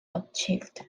achieved